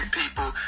people